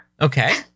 Okay